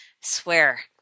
swear